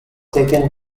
taken